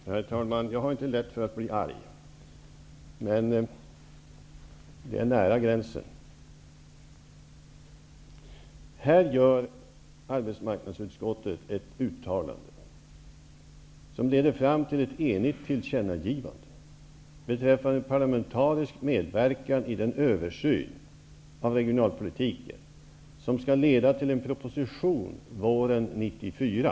Herr talman! Jag har inte lätt för att bli arg, men det är nu nära gränsen. Arbetsmarknadsutskottet har gjort ett uttalande som har lett fram till ett enigt tillkännagivande beträffande parlamentarisk medverkan i den översyn av regionalpolitiken som skall leda till en proposition våren 1994.